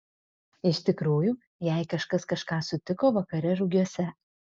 iš tikrųjų jei kažkas kažką sutiko vakare rugiuose